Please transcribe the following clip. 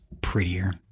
prettier